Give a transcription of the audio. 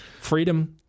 Freedom